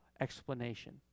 explanation